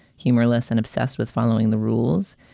humorless and obsessed with following the rules.